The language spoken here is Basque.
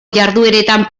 jardueretan